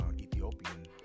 ethiopian